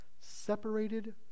separated